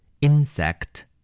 insect